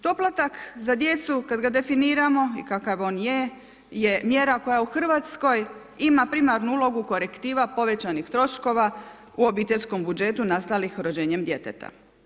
Doplatak za djecu, kad ga definiramo i kakav on je, je mjera koja u Hrvatskoj ima primarnu ulogu korektiva povećanih troškova u obiteljskom budžetu nastalih rođenjem djeteta.